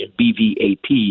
BVAP